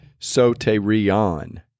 soterion